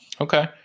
Okay